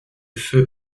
feu